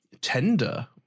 Tender